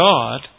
God